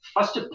First